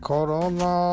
Corona